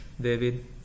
David